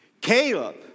Caleb